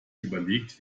überlegt